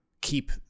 keep